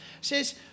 Says